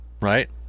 right